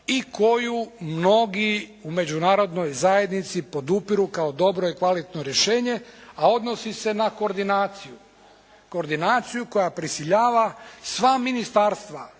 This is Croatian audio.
i koju mnogi u međunarodnoj zajednici podupiru kao dobro i kvalitetno rješenje, a odnosi se na koordinaciju. Koordinaciju koja prisiljava sva ministarstva